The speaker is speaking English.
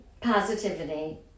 positivity